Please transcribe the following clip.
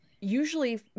usually